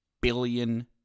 billion